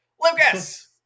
Lucas